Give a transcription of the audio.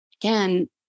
again